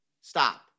stop